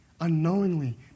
unknowingly